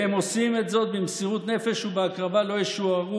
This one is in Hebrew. והם עושים זאת במסירות נפש ובהקרבה לא ישוערו,